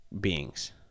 beings